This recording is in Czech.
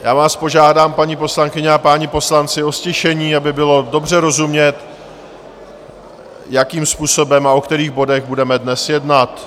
Já vás požádám, paní poslankyně a páni poslanci, o ztišení, aby bylo dobře rozumět, jakým způsobem a o kterých bodech budeme dnes jednat.